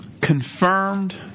confirmed